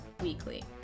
weekly